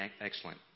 excellent